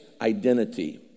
identity